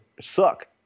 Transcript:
suck